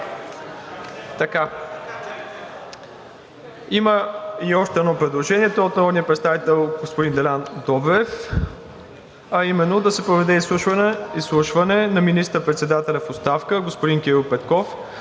Има и още едно предложение. То е от народния представител Делян Добрев, а именно – да се проведе изслушване на министър-председателя в оставка господин Кирил Петков,